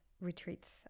retreats